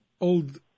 old